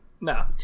No